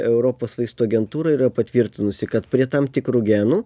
europos vaistų agentūra yra patvirtinusi kad prie tam tikrų genų